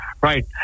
Right